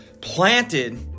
planted